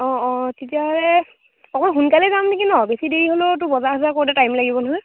অঁ অঁ তেতিয়াহ'লে অকণ সোনকালে যাম নেকি ন বেছি দেৰি হ'লেওতো বজাৰ সজাৰ কৰোঁতে টাইম লাগিব নহয়